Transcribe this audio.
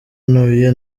ntuye